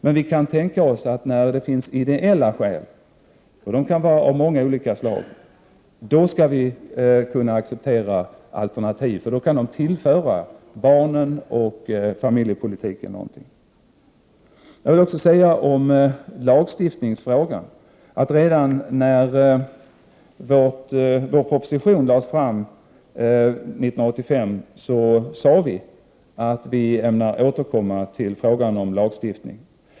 Men när det finns ideella skäl — och dessa kan vara av många olika slag — kan vi tänka oss att acceptera alternativ som då kan tillföra barnen och familjepolitiken något. I lagstiftningsfrågan vill jag säga att vi redan 1985 när vi lade fram vår proposition sade att vi ämnar återkomma till frågan om lagstiftning.